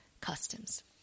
customs